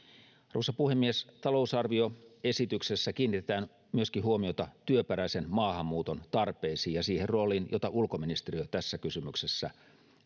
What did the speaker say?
arvoisa puhemies talousarvioesityksessä kiinnitetään huomiota myöskin työperäisen maahanmuuton tarpeisiin ja siihen rooliin jota ulkoministeriö tässä kysymyksessä